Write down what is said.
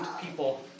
people